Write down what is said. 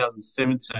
2017